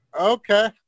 Okay